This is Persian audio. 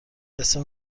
اسم